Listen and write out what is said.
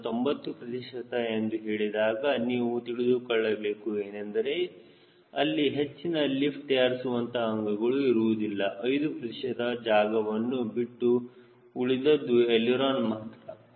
ನಾನು 90 ಪ್ರತಿಶತ ಎಂದು ಹೇಳಿದಾಗ ನೀವು ತಿಳಿದುಕೊಳ್ಳಬೇಕು ಏನೆಂದರೆ ಅಲ್ಲಿ ಹೆಚ್ಚಿನ ಲಿಫ್ಟ್ ತಯಾರಿಸುವಂತಹ ಅಂಗಗಳು ಇರುವುದಿಲ್ಲ 5 ಪ್ರತಿಶತ ಜಾಗವನ್ನು ಬಿಟ್ಟು ಉಳಿದದ್ದು ಎಳಿರೋನ ಮಾತ್ರ